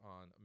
on